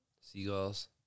seagulls